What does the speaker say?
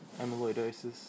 amyloidosis